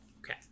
Okay